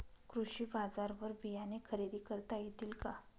कृषी बाजारवर बियाणे खरेदी करता येतील का?